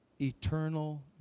eternal